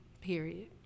period